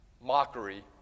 mockery